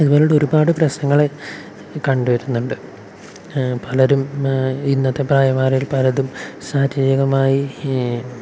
അങ്ങനെയുള്ള ഒരുപാട് പ്രശ്നങ്ങൾ കണ്ടു വരുന്നുണ്ട് പലരും ഇന്നത്തെ പ്രായമായവരിൽ പലതും ശാരീരികമായി